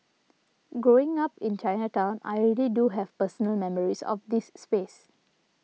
growing up in Chinatown I really do have personal memories of this space